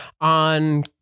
on